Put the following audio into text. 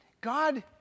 God